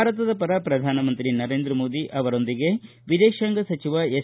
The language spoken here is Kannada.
ಭಾರತದ ಪರ ಪ್ರಧಾನಮಂತ್ರಿ ನರೇಂದ್ರ ಮೋದಿ ಅವರೊಂದಿಗೆ ವಿದೇಶಾಂಗ ಸಚಿವ ಎಸ್